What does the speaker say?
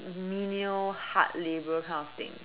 menial hard labour kind of thing